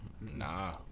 Nah